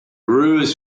rules